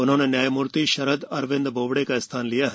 उन्होंने न्यायमूर्ति शरद अरविंद बोबडे का स्थान लिया है